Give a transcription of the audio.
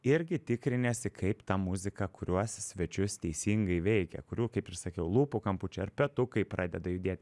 irgi tikriniesi kaip ta muzika kuriuos svečius teisingai veikia kurių kaip ir sakiau lūpų kampučiai ar petukai pradeda judėt